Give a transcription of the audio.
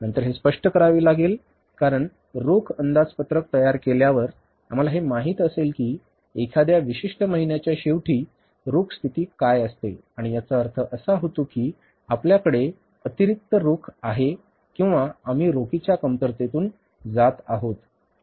नंतर हे स्पष्ट करावे लागेल कारण रोख अंदाजपत्रक तयार केल्यावर आम्हाला हे माहित असेल की एखाद्या विशिष्ट महिन्याच्या शेवटी रोख स्थिती काय असते आणि याचा अर्थ असा होतो की आपल्याकडे अतिरिक्त रोख आहे किंवा आम्ही रोखीच्या कमतरतेतून जात आहोत